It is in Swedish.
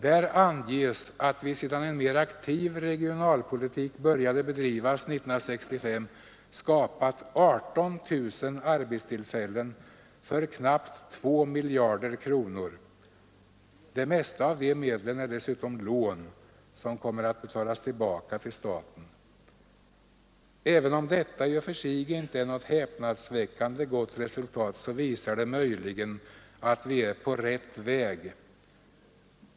Där anges att vi sedan en mer aktiv regionalpolitik började bedrivas 1965 skapat 18 000 arbetstillfällen för knappt 2 miljarder kronor. Det mesta av de medlen är dessutom lån som kommer att betalas tillbaka till staten. Även om detta i och för sig inte är något häpnadsväckande gott resultat så visar det möjligen att vi är på rätt väg.